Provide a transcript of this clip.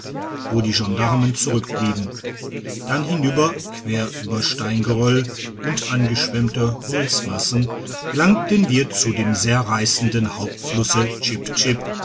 wo die gendarmen zurtickblieben dann hinüber quer über steingeröll und angeschwemmte holzmassen gelangten wir zu dem sehr reissenden hauptflusse